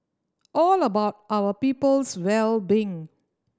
all about our people's well being